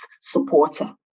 supporter